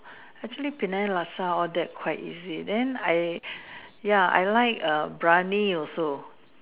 actually Penang Laksa all that quite easy then I ya I like err Biryani also